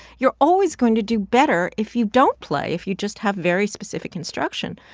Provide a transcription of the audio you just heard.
you're always going to do better if you don't play, if you just have very specific instruction.